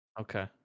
Okay